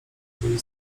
byli